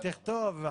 כן, תכתוב.